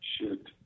Shoot